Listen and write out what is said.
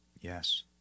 Yes